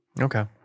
Okay